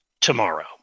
tomorrow